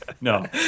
No